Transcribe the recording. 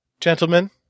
Gentlemen